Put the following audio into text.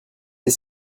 les